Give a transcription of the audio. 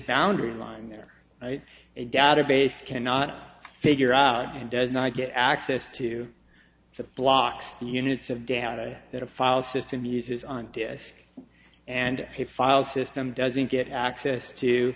boundary line there a database cannot figure out and does not get access to the blocks units of data that a file system uses on disk and the file system doesn't get access to